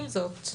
עם זאת,